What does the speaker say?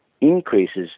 increases